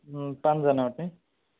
पाँचजना अँट्ने